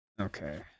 Okay